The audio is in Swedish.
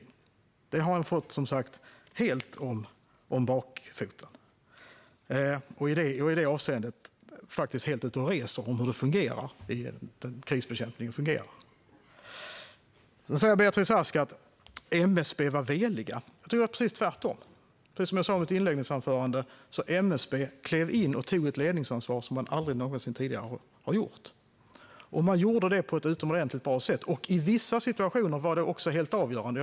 Detta har han som sagt fått helt om bakfoten, och han är helt ute och reser när det gäller hur krisbekämpningen fungerar. Beatrice Ask säger att MSB var veliga. Jag tycker att det var precis tvärtom. Som jag sa i mitt inledningsanförande klev MSB in och tog ett ledningsansvar som man aldrig någonsin tidigare har gjort, och man gjorde det på ett utomordentligt bra sätt. I vissa situationer var det också helt avgörande.